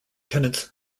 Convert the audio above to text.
tenants